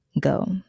go